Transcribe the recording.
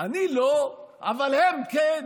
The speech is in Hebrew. אני לא אבל הם כן?